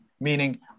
meaning